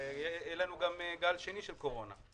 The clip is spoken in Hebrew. שיהיה לנו גם גל שני של קורונה.